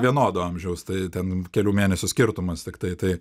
vienodo amžiaus tai ten kelių mėnesių skirtumas tiktai tai